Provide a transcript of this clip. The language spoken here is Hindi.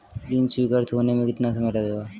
ऋण स्वीकृत होने में कितना समय लगेगा?